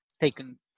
taken